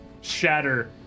shatter